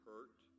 hurt